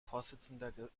vorsitzender